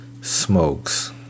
smokes